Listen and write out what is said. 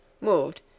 moved